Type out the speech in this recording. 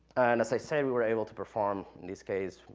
and as i said, we were able to perform, in this case,